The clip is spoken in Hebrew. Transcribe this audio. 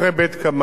והוא מרומזר.